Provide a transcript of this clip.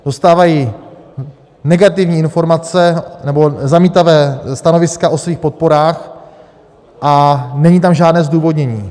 Dostávají negativní informace, nebo zamítavá stanoviska, o svých podporách a není tam žádné zdůvodnění.